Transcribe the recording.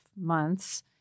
months